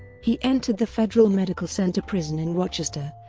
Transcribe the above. he entered the federal medical center prison in rochester,